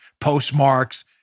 postmarks